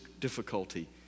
difficulty